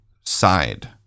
side